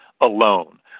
alone